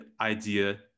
idea